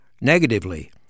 negatively